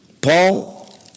Paul